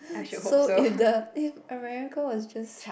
so if the if America was just